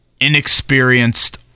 inexperienced